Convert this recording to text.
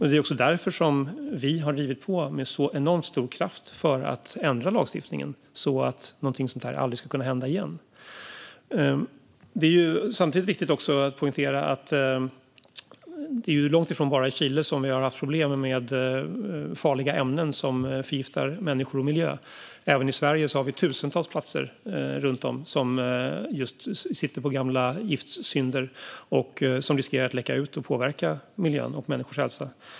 Det är också därför vi har drivit på med så enormt stor kraft för att ändra lagstiftningen så att något sådant här aldrig ska kunna hända igen. Det är samtidigt viktigt att poängtera att det är långt ifrån bara i Chile vi haft problem med farliga ämnen som förgiftar människor och miljö. Även i Sverige har vi tusentals platser runt om som sitter på gamla giftsynder, där gifterna riskerar att läcka ut och påverka miljön och människors hälsa.